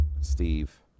Steve